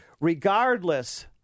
regardless